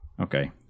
Okay